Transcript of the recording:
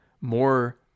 more